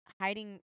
hiding